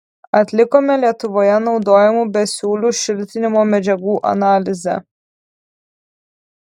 atlikome lietuvoje naudojamų besiūlių šiltinimo medžiagų analizę